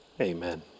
Amen